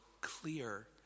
clear